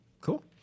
cool